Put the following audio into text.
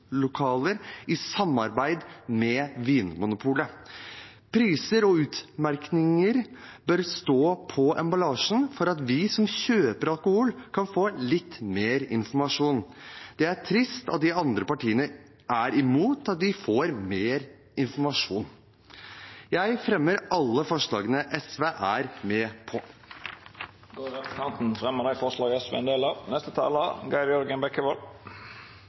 i samarbeid med Vinmonopolet. Priser og utmerkelser bør stå på emballasjen for at vi som kjøper alkohol, kan få litt mer informasjon. Det er trist at de andre partiene er imot det. Jeg tar opp forslagene fra SV. Då har representanten Nicholas Wilkinson sett fram dei forslaga han refererte til. Det er